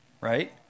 right